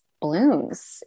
blooms